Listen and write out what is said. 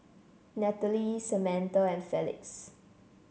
Nathalie Samatha and Felix